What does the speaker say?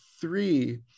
three